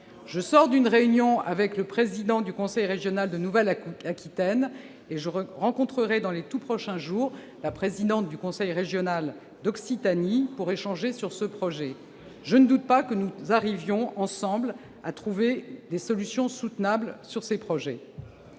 Je sors d'une réunion avec le président du conseil régional de Nouvelle-Aquitaine, et je rencontrerai, dans les tout prochains jours, la présidente du conseil régional d'Occitanie pour échanger sur ce projet. Je ne doute pas que nous arrivions, ensemble, à trouver des solutions soutenables pour ces projets.